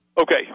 Okay